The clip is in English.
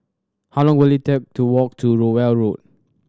how long will it take to walk to Rowell Road